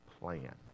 plan